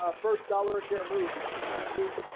ah first dollar a share, move on mtp.